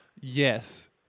Yes